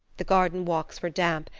the garden walks were damp,